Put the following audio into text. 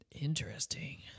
Interesting